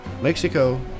Mexico